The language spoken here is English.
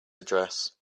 address